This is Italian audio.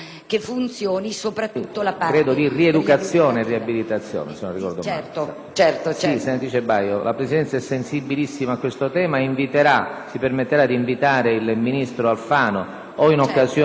Senatrice Baio, la Presidenza è sensibilissima a questo tema e si permetterà di invitare il ministro Alfano, o in occasione di un *question time* o in occasione dell'eventuale presenza del Ministro durante il dibattito sulla sicurezza,